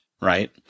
right